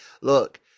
look